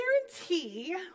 guarantee